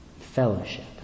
fellowship